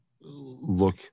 look